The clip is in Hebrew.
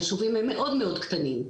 יישובים הם מאוד קטנים.